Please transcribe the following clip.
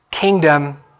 kingdom